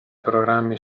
programmi